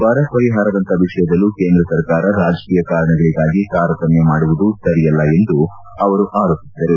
ಬರ ಪರಿಹಾರದಂತ ವಿಷಯದಲ್ಲೂ ಕೇಂದ್ರ ಸರ್ಕಾರ ರಾಜಕೀಯ ಕಾರಣಗಳಿಗಾಗಿ ತಾರತಮ್ಯ ಮಾಡುವುದು ಸರಿಯಲ್ಲ ಎಂದು ತಿಳಿಸಿದರು